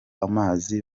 amazi